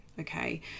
okay